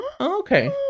Okay